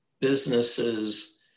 businesses